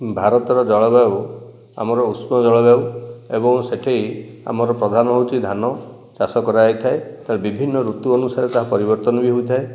ଭାରତର ଜଳବାୟୁ ଆମର ଉଷ୍ମ ଜଳବାୟୁ ଏବଂ ସେ'ଠି ଆମର ପ୍ରଧାନ ହେଉଛି ଧାନ ଚାଷ କରାଯାଇଥାଏ ତାର ବିଭିନ୍ନ ଋତୁ ଅନୁସାରେ ତାହା ପରିବର୍ତ୍ତନ ବି ହୋଇଥାଏ